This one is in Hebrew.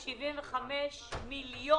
אחרת, יישארו כ-100,000 מובטלים.